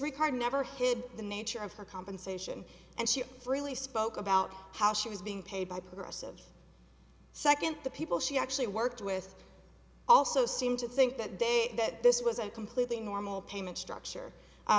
record never hid the nature of her compensation and she freely spoke about how she was being paid by progressive second the people she actually worked with also seem to think that day that this was a completely normal payment structure